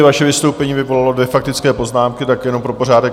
Vaše vystoupení vyvolalo dvě faktické poznámky, tak jenom pro pořádek.